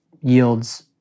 yields